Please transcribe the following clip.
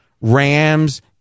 Rams